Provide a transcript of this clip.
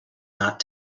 not